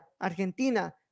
Argentina